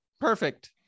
perfect